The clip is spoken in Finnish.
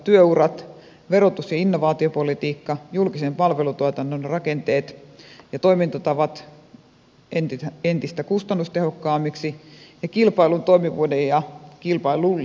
työurat verotus ja innovaatiopolitiikka julkisen palvelutuotannon rakenteet ja toimintatavat entistä kustannustehokkaammiksi ja kilpailun toimivuuden ja kilpailullisuuden lisääminen